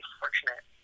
fortunate